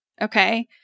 Okay